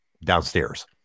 downstairs